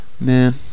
man